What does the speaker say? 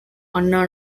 anna